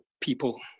people